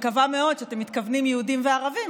אני מקווה מאוד שאתם מתכוונים יהודים וערבים,